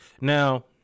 Now